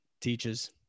teaches